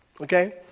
okay